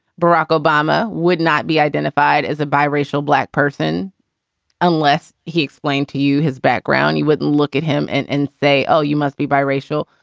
barack obama would not be identified as a racial black person unless he explained to you his background, you wouldn't look at him and and say, oh, you must be bi racial.